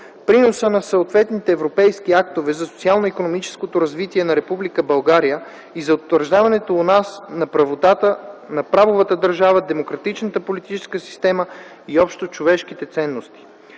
приноса на съответните европейски актове за социално-икономическото развитие на Република България и за утвърждаването у нас на правовата държава, демократичната политическа система и общочовешките ценности,